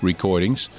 Recordings